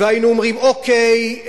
היינו אומרים: אוקיי,